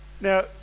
Now